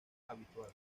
habitual